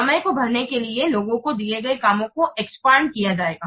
समय को भरने के लिए लोगो को दिए काम को एक्सपैंड किया जायेगा